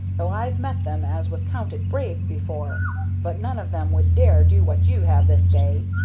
though i've met them as was counted brave before but none of them would dare do what you have this day.